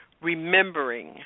remembering